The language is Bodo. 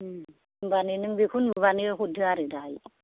होमबानो नों बिखौ नुबानो हरदो आरो दाहाय